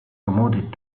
promoted